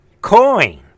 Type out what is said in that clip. coin